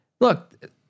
Look